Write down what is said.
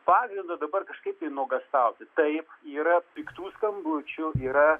pagrindo dabar kažkaip nuogąstauti taip yra piktų skambučių yra